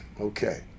Okay